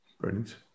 brilliant